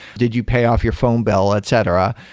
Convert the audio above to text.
did you pay off your phone bill? etc.